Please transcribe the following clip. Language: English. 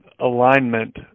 alignment